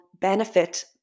benefit